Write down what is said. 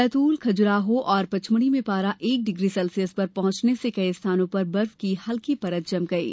बैतूल खजुराहो और पचमढ़ी में पारा एक डिग्री सेल्सियस पर पहुंचने से कई स्थानों पर बर्फ की हल्की परत जम गयी